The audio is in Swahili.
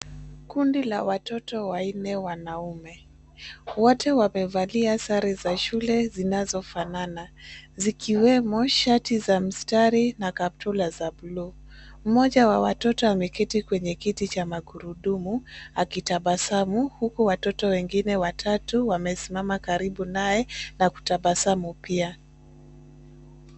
Kundi la watoto wanne wanaume, wote wamevalia sare za shule zinazofanana , zikiwemo shati za mistari na kaptula za bluu. Mmoja wa watoto ameketi kwenye kiti cha magurudumu, akitabasamu huku watoto wengine watatu wamesimama karibu naye nakutabasamu pia.